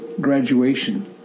graduation